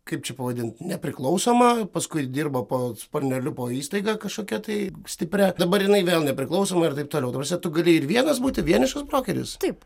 kaip čia pavadint nepriklausoma paskui dirbo po sparneliu po įstaiga kažkokia tai stipria dabar jinai vėl nepriklausoma ir taip toliau ta prasme tu gali ir vienas būti vienišas brokeris taip